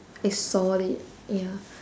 I saw it ya